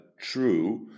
True